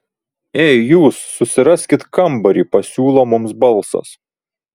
ei jūs susiraskit kambarį pasiūlo mums balsas